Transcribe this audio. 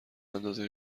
اندازه